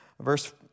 Verse